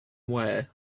aware